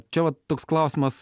čia vat toks klausimas